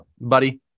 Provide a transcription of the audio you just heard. Buddy